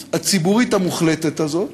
השחיתות הציבורית המוחלטת הזו,